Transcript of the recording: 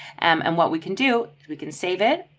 and what we can do, we can save it,